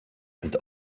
and